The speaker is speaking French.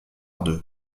deux